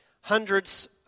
Hundreds